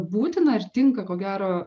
būtina ar tinka ko gero